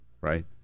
right